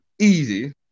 easy